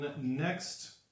next